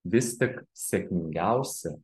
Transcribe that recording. vis tik sėkmingiausi